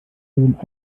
sind